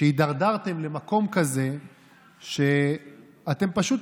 שהידרדרתם למקום כזה שאתם פשוט